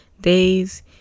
days